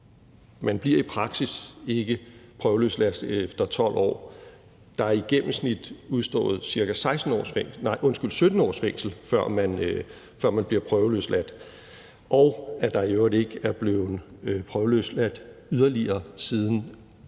at man i praksis ikke bliver prøveløsladt efter 12 år. Der er i gennemsnit udstået ca. 17 års fængsel, før man bliver prøveløsladt, og der er i øvrigt ikke blevet prøveløsladt yderligere siden